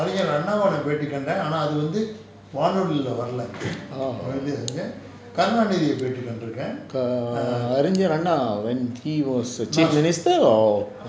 orh கா Arignar Anna arinyar annaa when he was a chief minister or